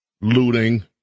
looting